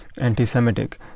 anti-Semitic